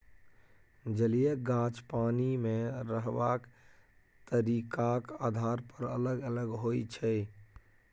जलीय गाछ पानि मे रहबाक तरीकाक आधार पर अलग अलग होइ छै